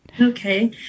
Okay